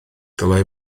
dylai